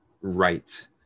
right